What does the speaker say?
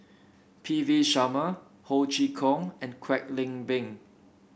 P V Sharma Ho Chee Kong and Kwek Leng Beng